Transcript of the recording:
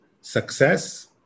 success